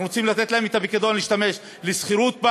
אנחנו רוצים לתת להם את הפיקדון להשתמש בבית לשכירות,